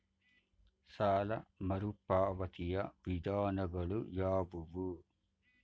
ಸಾಲ ಮರುಪಾವತಿಯ ವಿಧಾನಗಳು ಯಾವುವು?